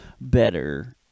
better